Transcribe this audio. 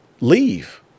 leave